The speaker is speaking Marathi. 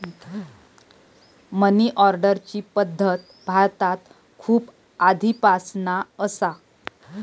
मनी ऑर्डरची पद्धत भारतात खूप आधीपासना असा